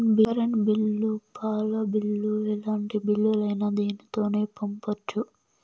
current bill పాల bill ఎలాంటి బిల్లులైనా దీనితోనే పంపొచ్చు